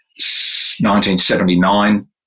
1979